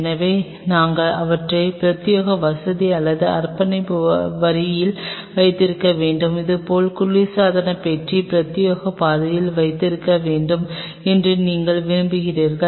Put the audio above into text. எனவே நாங்கள் அவற்றை பிரத்யேக வசதி அல்லது அர்ப்பணிப்பு வரியில் வைத்திருக்க வேண்டும் அதேபோல் குளிர்சாதன பெட்டி பிரத்யேக பாதையில் இருக்க வேண்டும் என்று நீங்கள் விரும்புகிறீர்கள்